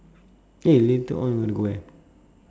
eh later on you wanna go where